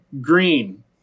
green